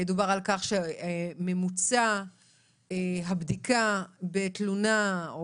דובר על כך שממוצע הבדיקה בתלונה או